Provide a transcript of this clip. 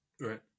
Right